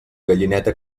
gallineta